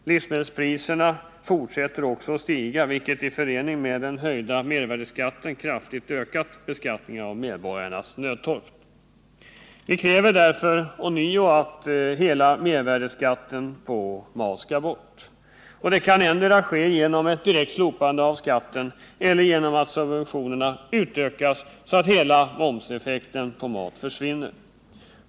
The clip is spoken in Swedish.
Livsmedelspriserna fortsätter också att stiga, vilket i förening med den höjda mervärdeskatten kraftigt ökat beskattningen av medborgarnas nödtorft. Vi kräver därför ånyo att hela mervärdeskatten på mat skall bort. Det kan ske endera genom direkt slopande av skatten eller genom att subventionerna utökas, så att hela momseffekten på mat försvinner.